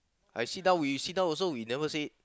I sit down we sit down also never say